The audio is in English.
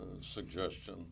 suggestion